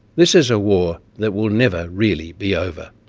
this is a war that will never really be over.